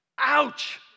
Ouch